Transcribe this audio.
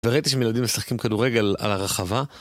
וראיתי שם ילדים משחקים כדורגל על הרחבה.